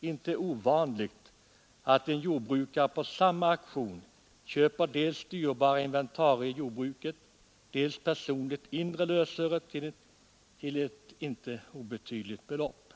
inte ovanligt att en jordbrukare på samma auktion köper dels dyrbara inventarier i jordbruket, dels personligt inre lösöre till ett inte obetydligt belopp.